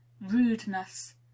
rudeness